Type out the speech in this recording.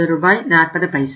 4